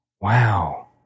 Wow